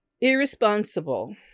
Irresponsible